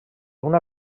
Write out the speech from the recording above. una